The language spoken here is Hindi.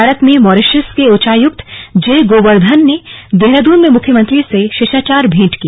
भारत में मॉरिशस के उच्चायुक्त जे गोवर्दधन ने देहरादून में मुख्यमंत्री से शिष्टाचार भेंट की